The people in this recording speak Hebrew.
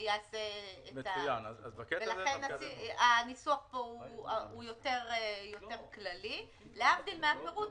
לכן הניסוח פה יותר כללי, להבדיל מהפירוט.